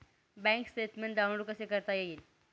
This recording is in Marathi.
बँक स्टेटमेन्ट डाउनलोड कसे करता येईल?